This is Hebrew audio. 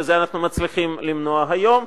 ואת זה אנחנו מצליחים למנוע היום,